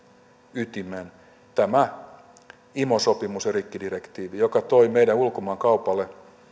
ytimeen tämä imo sopimus ja rikkidirektiivi joka toi meidän ulkomaankaupalle